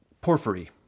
Porphyry